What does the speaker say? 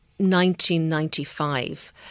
1995